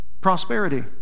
prosperity